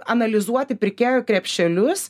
analizuoti pirkėjų krepšelius